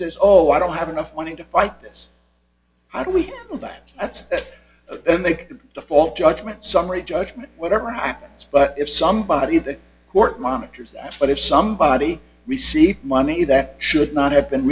says oh i don't have enough money to fight this how do we know that that's what they default judgment summary judgment whatever happens but if somebody the court monitors that but if somebody received money that should not have been